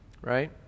right